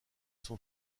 son